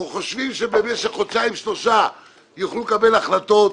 או חושבים שבמשך חודשיים-שלושה יוכלו לקבל החלטות,